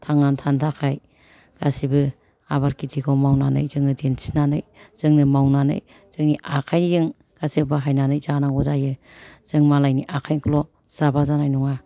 थांनानै थानो थाखाय गासिबो आबाद खेथिखौ मावनानै जोङो दिन्थिनानै जोङो मावनानै जोंनि आखाइजों गासै बाहायनानै जानांगौ जायो जों मालाइनि आखाइखौल' जाबा जानाय नङा